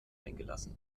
eingelassen